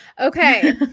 Okay